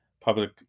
public